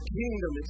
kingdom